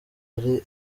ari